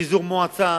ופיזור מועצה